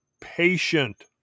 patient